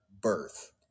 birth